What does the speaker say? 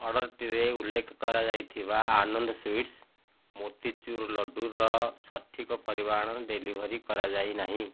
ଅର୍ଡ଼ର୍ଟିରେ ଉଲ୍ଲେଖ କରାଯାଇଥିବା ଆନନ୍ଦ ସୁଇଟ୍ସ ମୋତିଚୁର୍ ଲଡ଼ୁର ସଠିକ୍ ପରିମାଣ ଡେଲିଭର୍ କରାଯାଇ ନାହିଁ